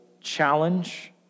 challenge